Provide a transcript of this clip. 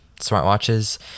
smartwatches